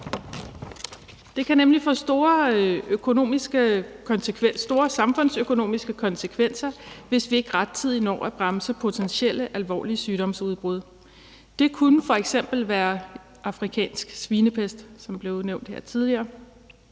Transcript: Det kan nemlig få store samfundsøkonomiske konsekvenser, hvis ikke vi rettidigt når at bremse potentielle alvorlige sygdomsudbrud. Det kunne f.eks. være afrikansk svinepest, som blev nævnt her tidligere,